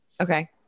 Okay